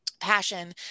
passion